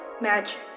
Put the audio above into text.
magic